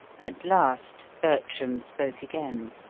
at last bertram spoke again